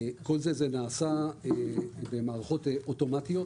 כל זה נעשה במערכות אוטומטיות.